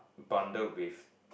bundled with